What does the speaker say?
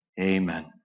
Amen